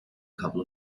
couple